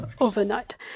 overnight